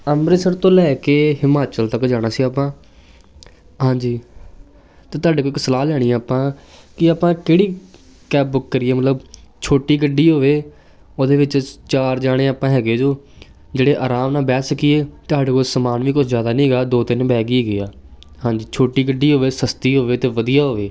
ਅੰਮ੍ਰਿਤਸਰ ਤੋਂ ਲੈ ਕੇ ਹਿਮਾਚਲ ਤੱਕ ਜਾਣਾ ਸੀ ਆਪਾਂ ਹਾਂਜੀ ਅਤੇ ਤੁਹਾਡੇ ਕੋਲ ਇੱਕ ਸਲਾਹ ਲੈਣੀ ਆ ਆਪਾਂ ਕਿ ਆਪਾਂ ਕਿਹੜੀ ਕੈਬ ਬੁੱਕ ਕਰੀਏ ਮਤਲਬ ਛੋਟੀ ਗੱਡੀ ਹੋਵੇ ਉਹਦੇ ਵਿੱਚ ਚਾਰ ਜਣੇ ਆਪਾਂ ਹੈਗੇ ਜੋ ਜਿਹੜੇ ਆਰਾਮ ਨਾਲ ਬਹਿ ਸਕੀਏ ਅਤੇ ਸਾਡੇ ਕੋਲ ਸਮਾਨ ਵੀ ਕੁਝ ਜ਼ਿਆਦਾ ਨਹੀਂ ਹੈਗਾ ਦੋ ਤਿੰਨ ਬੈਗ ਹੀ ਹੈਗੇ ਆ ਹਾਂਜੀ ਛੋਟੀ ਗੱਡੀ ਹੋਵੇ ਸਸਤੀ ਹੋਵੇ ਅਤੇ ਵਧੀਆ ਹੋਵੇ